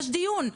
יש דיון,